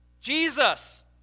Jesus